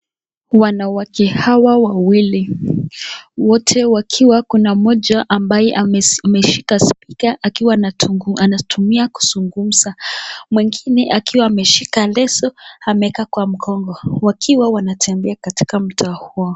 Wanawake hawa wawili. Wote wakiwa kuna mmoja ambaye ameshika speaker akiwa na anatumia kuzungumza. Mwingine akiwa ameshika leso ameweka kwa mgongo, wakiwa wanatembea katika mtaa huo.